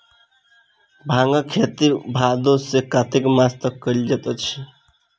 भांगक खेती भादो सॅ कार्तिक मास तक कयल जाइत अछि